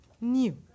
new